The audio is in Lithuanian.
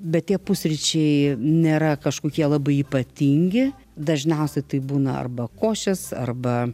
bet tie pusryčiai nėra kažkokie labai ypatingi dažniausiai tai būna arba košės arba